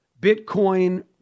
Bitcoin